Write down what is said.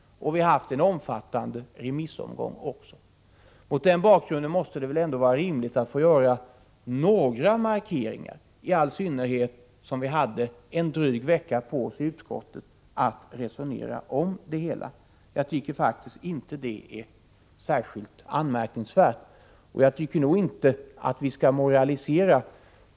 Mot bakgrund av alla de synpunkter som lämnats måste det väl ändå vara rimligt att utskottet får göra åtminstone några markeringar, i all synnerhet som vi hade bara en dryg vecka på oss att resonera om det hela. Jag tycker faktiskt inte det är särskilt anmärkningsvärt. Jag tycker inte heller att-man skall moralisera.